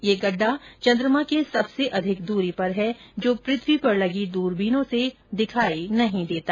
यह गड्ढा चंद्रमा के सबसे अधिक दूरी पर है जो पृथ्वी पर लगी दूरबीनों से दिखाई नहीं देता